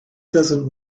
doesn’t